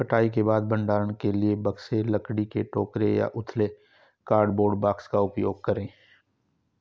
कटाई के बाद भंडारण के लिए बक्से, लकड़ी के टोकरे या उथले कार्डबोर्ड बॉक्स का उपयोग करे